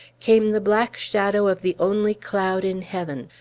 came the black shadow of the only cloud in heaven,